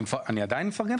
אני עדיין מפרגן.